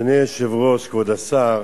אדוני היושב-ראש, כבוד השר,